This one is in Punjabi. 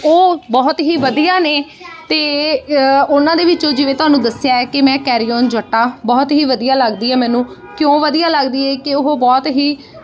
ਉਹ ਬਹੁਤ ਹੀ ਵਧੀਆ ਨੇ ਅਤੇ ਉਹਨਾਂ ਦੇ ਵਿੱਚੋਂ ਜਿਵੇਂ ਤੁਹਾਨੂੰ ਦੱਸਿਆ ਕਿ ਮੈਂ ਕੈਰੀ ਓਨ ਜੱਟਾ ਬਹੁਤ ਹੀ ਵਧੀਆ ਲੱਗਦੀ ਹੈ ਮੈਨੂੰ ਕਿਉਂ ਵਧੀਆ ਲੱਗਦੀ ਹੈ ਕਿ ਉਹ ਬਹੁਤ ਹੀ